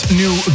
new